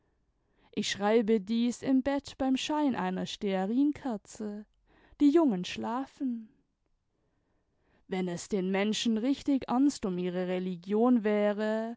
ich schreibe dies im bett beim schein einer stearinkerze die jungen schlafen wenn es den menschen richtig ernst um ihre religion wäre